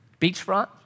Beachfront